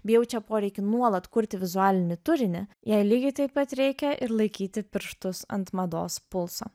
bei jaučia poreikį nuolat kurti vizualinį turinį jai lygiai taip pat reikia ir laikyti pirštus ant mados pulso